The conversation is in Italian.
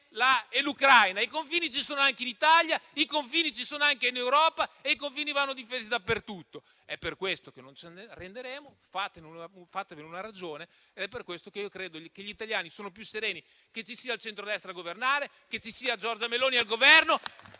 e l'Ucraina: ci sono anche in Italia e in Europa e vanno difesi dappertutto. È per questo che non ci arrenderemo, fatevene una ragione. È per questo che credo che gli italiani siano più sereni che ci sia il centrodestra a governare e che ci sia Giorgia Meloni al Governo